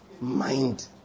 mind